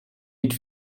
niet